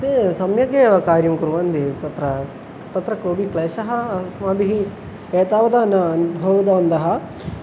ते सम्यकेव कार्यं कुर्वन्ति हि तत्र तत्र कोपि क्लेशः अस्माभिः एतावत् न अनुभूतवन्तः